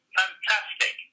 fantastic